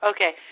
Okay